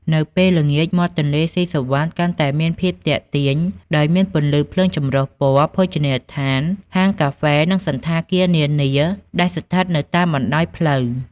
នៅពេលល្ងាច មាត់ទន្លេសុីសុវត្ថិកាន់តែមានភាពទាក់ទាញ ដោយមានពន្លឺភ្លើងចម្រុះពណ៌ ភោជនីយដ្ឋាន ហាងកាហ្វេ និងសណ្ឋាគារនានាដែលស្ថិតនៅតាមបណ្ដោយផ្លូវ។